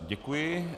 Děkuji.